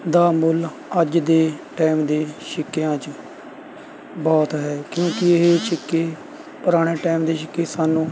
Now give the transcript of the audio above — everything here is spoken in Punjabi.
ਦਾ ਮੁੱਲ ਅੱਜ ਦੇ ਟਾਇਮ ਦੇ ਸਿੱਕਿਆ 'ਚ ਬਹੁਤ ਹੈ ਕਿਉਂਕਿ ਇਹ ਸਿੱਕੇ ਪੁਰਾਣੇ ਟਾਇਮ ਦੇ ਸਿੱਕੇ ਸਾਨੂੰ